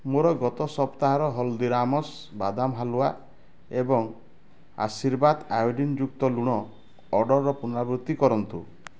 ମୋର ଗତ ସପ୍ତାହର ହଳଦୀରାମ୍ସ୍ ବାଦାମ ହାଲୁଆ ଏବଂ ଆଶୀର୍ବାଦ ଆୟୋଡ଼ିନ୍ ଯୁକ୍ତ ଲୁଣ ଅର୍ଡ଼ର୍ର ପୁନରାବୃତ୍ତି କରନ୍ତୁ